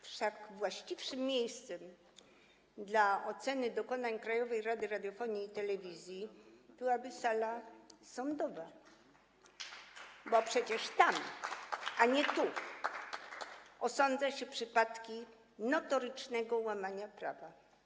Wszak właściwszym miejscem dla oceny dokonań Krajowej Rady Radiofonii i Telewizji byłaby sala sądowa, bo przecież tam, a nie tu osądza się przypadki notorycznego łamania prawa.